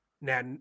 now